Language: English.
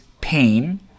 pain